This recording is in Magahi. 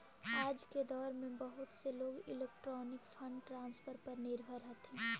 आज के दौर में बहुत से लोग इलेक्ट्रॉनिक फंड ट्रांसफर पर निर्भर हथीन